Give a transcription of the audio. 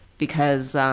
because um,